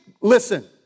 Listen